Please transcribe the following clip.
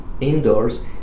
indoors